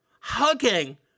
hugging